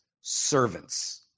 servants